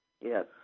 Yes